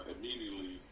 immediately